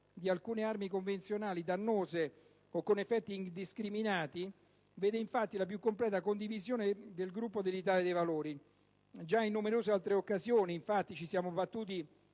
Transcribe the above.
di alcune armi convenzionali dannose o aventi effetti indiscriminati vede la più completa condivisione del Gruppo dell'Italia dei Valori. Già in numerose altre occasioni, infatti, ci siamo battuti